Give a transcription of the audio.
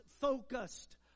focused